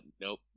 nope